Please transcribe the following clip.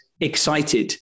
excited